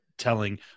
telling